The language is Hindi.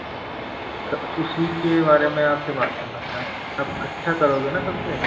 उसी के बारे में आपके साथ बात करना था आप अच्छा करोगे ना सबसे